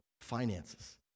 finances